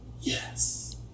yes